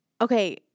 Okay